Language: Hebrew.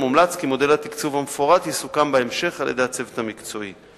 מומלץ כי מודל התקצוב המפורט יסוכם בהמשך על-ידי הצוות המקצועי.